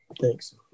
Thanks